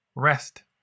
rest